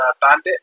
bandit